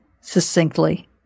succinctly